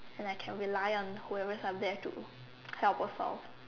and I can rely on whoever is up there to help also